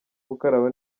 gukaraba